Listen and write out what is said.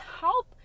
help